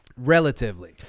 relatively